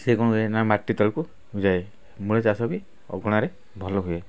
ସିଏ କ'ଣ ହୁଏନା ମାଟି ତଳକୁ ଯାଏ ମୂଳା ଚାଷ ବି ଅଗଣାରେ ଭଲହୁଏ